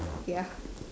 ya